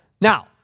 Now